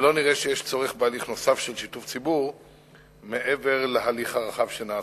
ולא נראה שיש צורך בהליך נוסף של שיתוף ציבור מעבר להליך הרחב שנעשה.